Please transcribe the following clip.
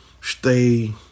stay